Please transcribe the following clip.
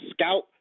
scout